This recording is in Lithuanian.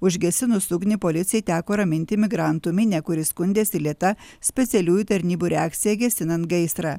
užgesinus ugnį policijai teko raminti migrantų minią kuri skundėsi lėta specialiųjų tarnybų reakcija gesinant gaisrą